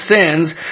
sins